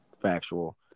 Factual